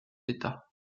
état